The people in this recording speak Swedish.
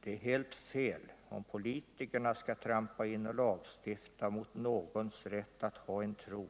Det är helt fel om politikerna trampar in och lagstiftar mot någons rätt att ha en tro.